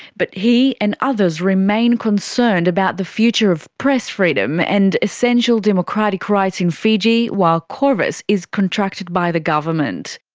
but he and others remain concerned about the future of press freedom and essential democratic rights in fiji while qorvis is contracted by the government.